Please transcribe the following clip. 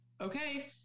okay